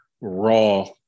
raw